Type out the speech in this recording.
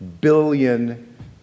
billion